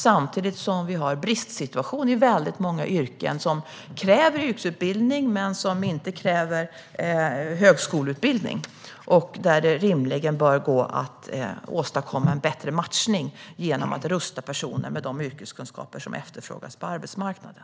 Samtidigt har vi en bristsituation i många yrken som kräver yrkesutbildning men inte högskoleutbildning. Det borde gå att åstadkomma en bättre matchning genom att rusta personer med de yrkeskunskaper som efterfrågas på arbetsmarknaden.